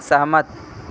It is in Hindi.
सहमत